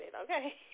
okay